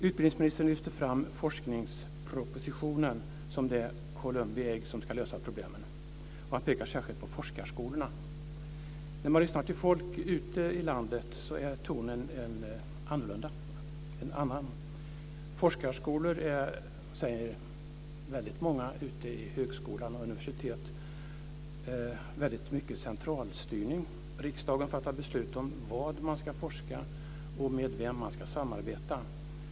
Utbildningsministern lyfter fram forskningspropositionen som det Columbi ägg som ska lösa problemen. Han pekar särskilt på forskarskolorna. När man lyssnar till folk ute i landet är tonen en annan. Många säger på högskolor och universitet att forskarskolor är mycket av centralstyrning. Riksdagen fattar beslut om vad man ska forska om och med vem man ska samarbeta.